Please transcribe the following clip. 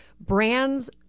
Brands